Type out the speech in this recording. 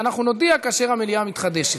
ואנחנו נודיע כאשר המליאה מתחדשת.